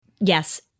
Yes